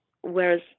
Whereas